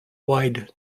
wide